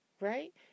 right